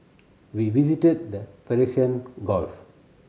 we visited the Gulf